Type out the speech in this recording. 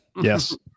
Yes